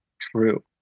true